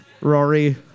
Rory